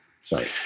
Sorry